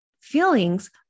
Feelings